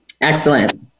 Excellent